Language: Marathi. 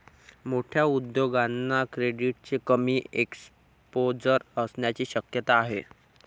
मोठ्या उद्योगांना क्रेडिटचे कमी एक्सपोजर असण्याची शक्यता आहे